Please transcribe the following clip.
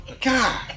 god